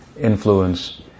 influence